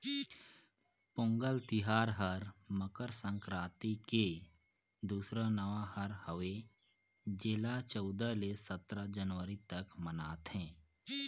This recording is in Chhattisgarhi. पोगंल तिहार हर मकर संकरांति के दूसरा नांव हर हवे जेला चउदा ले सतरा जनवरी तक मनाथें